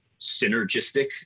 synergistic